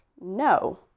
no